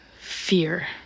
fear